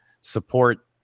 support